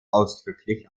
ausdrücklich